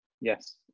Yes